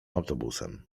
autobusem